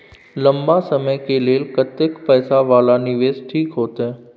लंबा समय के लेल कतेक पैसा वाला निवेश ठीक होते?